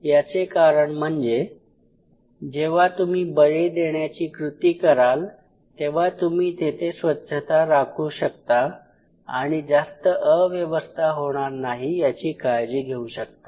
याचे कारण म्हणजे जेव्हा तुम्ही बळी देण्याची कृती कराल तेव्हा तुम्ही तेथे स्वच्छता राखू शकता आणि जास्त अव्यवस्था होणार नाही याची काळजी घेऊ शकता